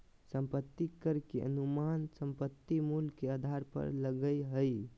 संपत्ति कर के अनुमान संपत्ति मूल्य के आधार पर लगय हइ